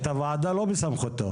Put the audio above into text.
הוועדה לא בסמכותו.